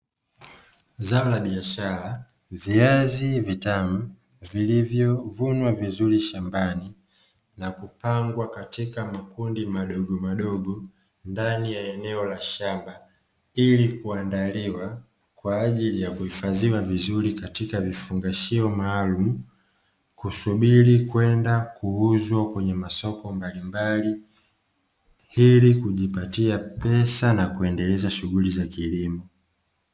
Zao la biashara viazi vitamu vilivyovunwa vizuri shamabni na kupangwa katika makundi madomadogo ndani ya eneo la shamba, ili kuandaliwa kwaajili ya kuhifadhiwa vizuri katika vifungashio maalumu, kusubiri kwenda kuuzwa katika masoko mbalimbali ili kujipatia pesa na kuendeleza shughuli za kilimo.